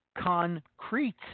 concrete